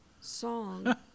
song